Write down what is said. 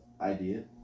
idea